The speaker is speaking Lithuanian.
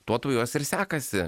tuo tau juos ir sekasi